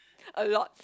a lot